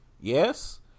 Yes